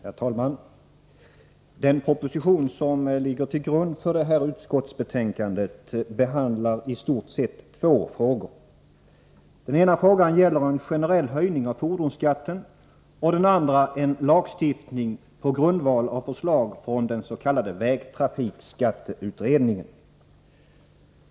Herr talman! Den proposition som ligger till grund för utskottsbetänkandet behandlar i stort sett två frågor. Den ena gäller en generell höjning av fordonsskatten och den andra en lagstiftning på grundval av förslag från vägtrafikskatteutredningen.